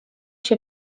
się